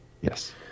Yes